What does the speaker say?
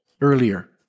earlier